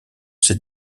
ces